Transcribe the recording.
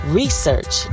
research